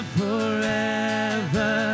forever